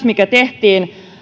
mikä tehtiin